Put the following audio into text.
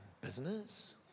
business